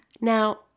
Now